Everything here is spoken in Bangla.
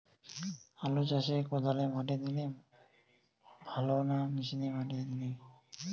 আলু চাষে কদালে মাটি দিলে ভালো না মেশিনে মাটি দিলে?